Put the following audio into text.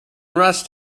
rust